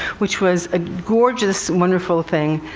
which was a gorgeous, wonderful thing.